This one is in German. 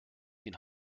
den